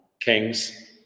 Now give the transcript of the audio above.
Kings